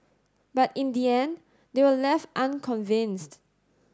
but in the end they were left unconvinced